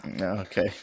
Okay